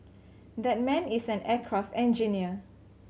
that man is an aircraft engineer